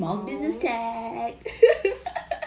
oh